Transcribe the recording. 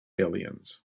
aliens